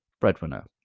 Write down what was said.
breadwinner